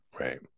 right